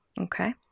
Okay